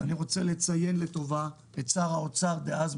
אני רוצה לציין לטובה את שר האוצר דאז,